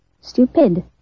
Stupid